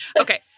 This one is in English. Okay